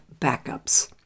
backups